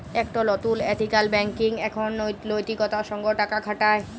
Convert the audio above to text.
একট লতুল ethical banking এখন লৈতিকতার সঙ্গ টাকা খাটায়